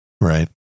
Right